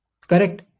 Correct